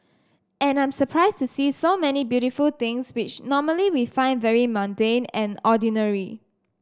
and I'm surprised to see so many beautiful things which normally we find very mundane and ordinary